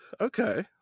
Okay